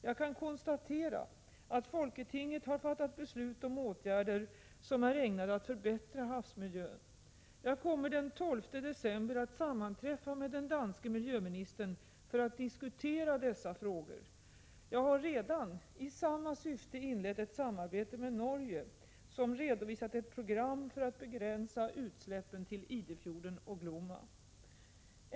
Jag kan konstatera att folketinget har fattat beslut om åtgärder som är ägnade att förbättra havsmiljön. Jag kommer den 12 december att sammanträffa med den danske miljöministern för att diskutera dessa frågor. Jag har redan i samma syfte inlett ett samarbete med Norge, som redovisat ett program för att begränsa utsläppen till Idefjorden och Glomma.